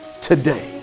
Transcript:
today